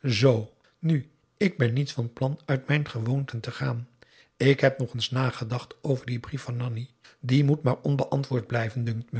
zoo nu ik ben niet van plan uit mijn gewoonten te gaan ik heb nogeens nagedacht over dien brief van nanni die moet maar onbeantwoord blijven